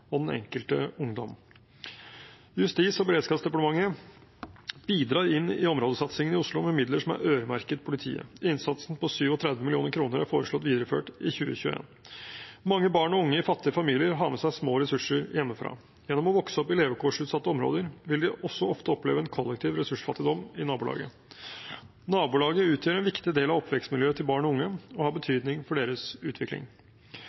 og den enkelte ungdom. Justis- og beredskapsdepartementet bidrar i områdesatsingene i Oslo med midler som er øremerket politiet. Innsatsen på 37 mill. kr er foreslått videreført i 2021. Mange barn og unge i fattige familier har med seg små ressurser hjemmefra. Gjennom å vokse opp i levekårsutsatte områder vil de også ofte oppleve en kollektiv ressursfattigdom i nabolaget. Nabolaget utgjør en viktig del av oppvekstmiljøet til barn og unge og har betydning for deres utvikling.